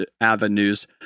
avenues